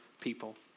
people